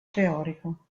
teorico